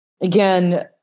again